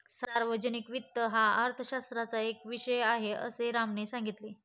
सार्वजनिक वित्त हा अर्थशास्त्राचा एक उपविषय आहे, असे रामने सांगितले